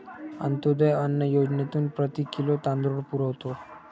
अंत्योदय अन्न योजनेतून प्रति किलो तांदूळ पुरवतो